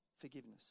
forgiveness